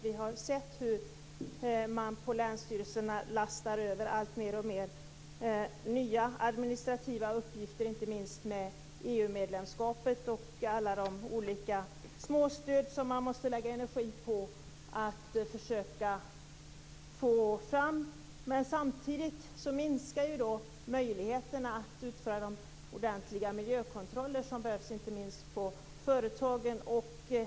Vi har sett hur man lastar över på länsstyrelserna alltfler nya administrativa uppgifter, inte minst i och med EU medlemskapet och alla småstöd som länsstyrelserna måste lägga ned energi på. Samtidigt minskar möjligheterna att utföra de ordentliga miljökontroller som behövs, inte minst på företagen.